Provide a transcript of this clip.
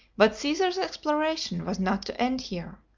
but caesar's exploration was not to end here.